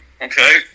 Okay